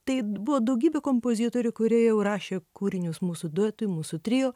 tai buvo daugybė kompozitorių kurie jau rašė kūrinius mūsų duetui mūsų trio